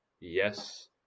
yes